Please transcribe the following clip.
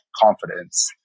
confidence